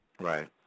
right